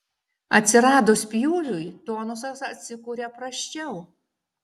atsiradus pjūviui tonusas atsikuria prasčiau